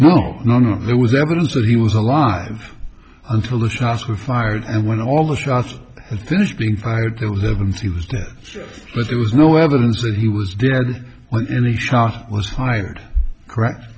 no no no there was evidence that he was alive until the shots were fired and when all the shots have been is being fired there was evidence he was dead but there was no evidence that he was dead and any shot was fired correct